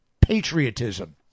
patriotism